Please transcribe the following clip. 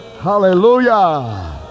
Hallelujah